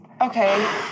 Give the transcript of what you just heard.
Okay